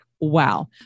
wow